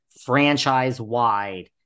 franchise-wide